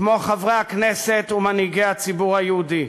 כמו חברי הכנסת ומנהיגי הציבור היהודי.